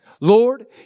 Lord